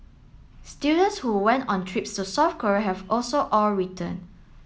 students who went on trips to South Korea have also all returned